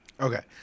Okay